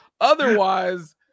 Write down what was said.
Otherwise